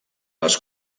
les